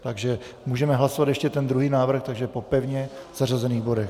Takže můžeme hlasovat ještě ten druhý návrh, takže po pevně zařazených bodech.